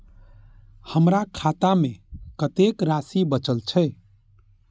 हमर खाता में कतेक राशि बचल छे?